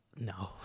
no